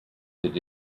that